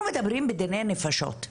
אנחנו מדברים בדיני נפשות.